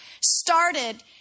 started